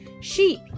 sheep